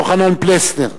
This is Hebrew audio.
יוחנן פלסנר,